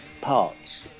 parts